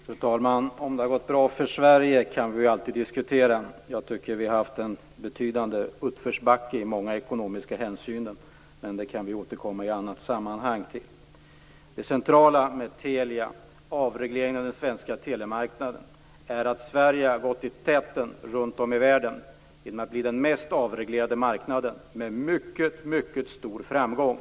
Fru talman! Om det har gått bra för Sverige kan vi ju alltid diskutera. Jag tycker att vi befunnit oss i en utförsbacke i många ekonomiska hänseenden, men till det kan vi återkomma i ett annat sammanhang. Det centrala med Telia och avregleringen av den svenska telemarknaden är att Sverige har gått i täten för länderna runt om i världen genom att bli den mest avreglerade marknaden med mycket stor framgång.